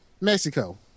Mexico